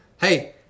Hey